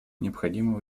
необходимо